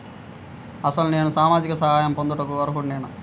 అసలు నేను సామాజిక సహాయం పొందుటకు అర్హుడనేన?